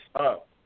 up